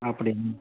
அப்படியா